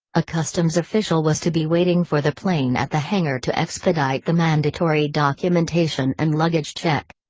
a customs official was to be waiting for the plane at the hangar to expedite the mandatory documentation and luggage check.